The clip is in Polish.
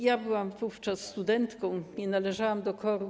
Ja byłam wówczas studentką, nie należałam do KOR-u.